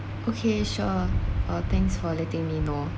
okay sure uh thanks for letting me know